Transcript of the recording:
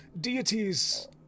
Deities